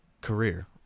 career